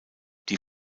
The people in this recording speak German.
die